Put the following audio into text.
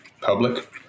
public